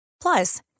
Plus